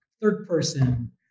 third-person